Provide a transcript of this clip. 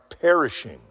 perishing